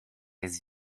jest